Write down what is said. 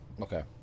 Okay